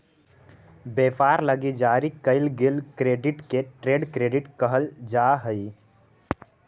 व्यापार लगी जारी कईल गेल क्रेडिट के ट्रेड क्रेडिट कहल जा हई